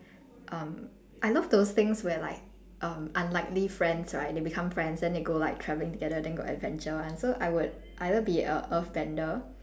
um I love those things where like err unlikely friends right they become friends then they go like traveling together then got adventure [one] so I would either be a earth bender